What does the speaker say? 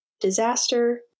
disaster